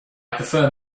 prefer